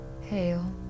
Hail